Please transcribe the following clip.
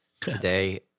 today